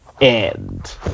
end